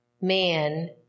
Man